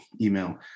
email